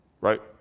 right